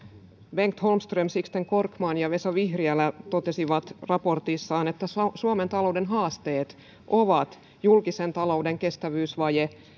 bengt holmström sixten korkman ja vesa vihriälä totesivat raportissaan että suomen talouden haasteet ovat julkisen talouden kestävyysvaje